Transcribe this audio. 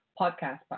podcast